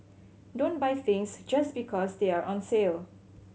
don't buy things just because they are on sale